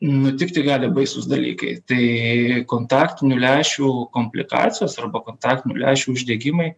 nutikti gali baisūs dalykai tai kontaktinių lęšių komplikacijos arba kontaktinių lęšių uždegimai